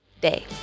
day